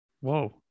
whoa